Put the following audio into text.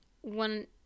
one –